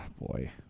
boy